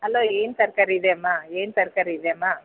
hello ಏನು ತರಕಾರಿ ಇದೆಯಮ್ಮ ಏನು ತರಕಾರಿ ಇದೆಯಮ್ಮ